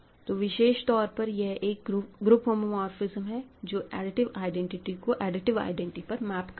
तो विशेष तौर पर यह एक ग्रुप होमोमोरफिस्म है जो एडिटिव आईडेंटिटी को एडिटिव आईडेंटिटी पर मैप करती है